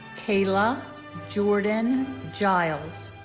kayla jordan giles